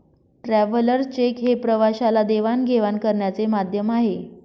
travellers cheque हे प्रवाशाला देवाणघेवाण करण्याचे माध्यम आहे